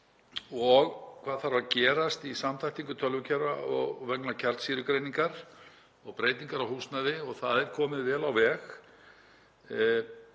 og hvað þarf að gerast í samþættingu tölvukerfa og vegna kjarnsýrugreiningar og breytinga á húsnæði og það er komið vel á veg.